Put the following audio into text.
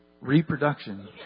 reproduction